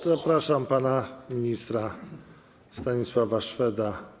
Zapraszam pana ministra Stanisława Szweda.